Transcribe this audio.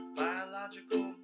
biological